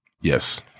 Yes